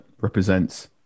represents